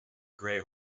gray